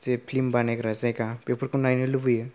जि film बानायग्रा जायगा बेफोरखौ नायनो लुबैयो